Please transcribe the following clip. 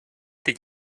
did